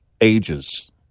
ages